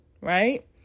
right